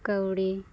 ᱠᱟᱣᱰᱤ